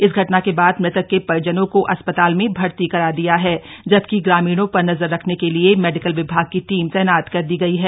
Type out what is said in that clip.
इस घटना के बाद मृतक के परिजनों को अस्पताल में भर्ती कर दिया है जबकि ग्रामीणों पर नजर रखने के लिये मेडिकल विभाग की टीम तैनात कर दी गयी है